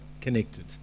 connected